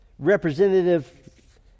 representative